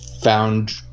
found